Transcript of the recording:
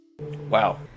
Wow